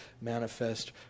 manifest